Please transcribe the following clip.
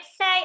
say